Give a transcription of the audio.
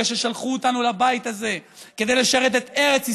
ששלחו אותנו לבית הזה כדי לשרת את ארץ ישראל,